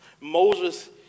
Moses